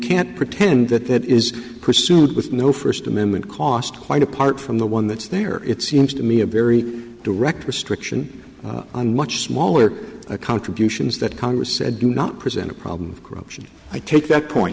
can't pretend that that is pursued with no first amendment cost quite apart from the one that's there it seems to me a very direct restriction on much smaller contributions that congress said do not present a problem of corruption i take that point